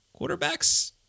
Quarterbacks